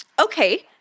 Okay